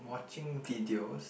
watching videos